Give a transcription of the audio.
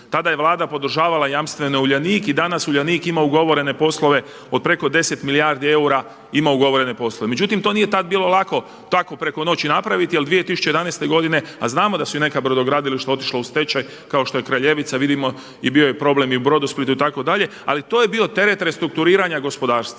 Tada je Vlada podržavala jamstvima Uljanik i danas Uljanik ima ugovorene poslove od preko 10 milijardi eura ima ugovorene poslove. Međutim, to nije tad bilo lako tako preko noći napraviti, jer 2011. godine, a znamo da su i neka brodogradilišta otišla u stečaj kao što je Kraljevica vidimo i bio je problem i u Brodosplitu itd. Ali to je bio teret restrukturiranja gospodarstva.